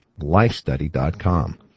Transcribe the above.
lifestudy.com